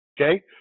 Okay